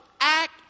act